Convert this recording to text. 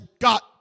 got